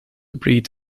breed